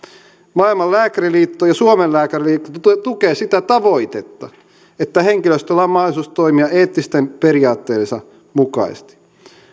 maailman lääkäriliitto ja suomen lääkäriliitto tukevat sitä tavoitetta että henkilöstöllä on mahdollisuus toimia eettisten periaatteidensa mukaisesti